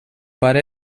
pare